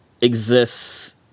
exists